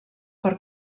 per